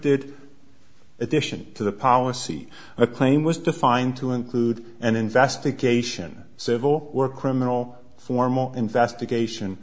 it addition to the policy a claim was defined to include an investigation civil or criminal formal investigation